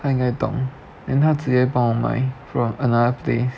她应该懂 then 她直接帮我买了 bruh